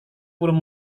puluh